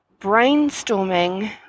brainstorming